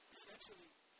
Essentially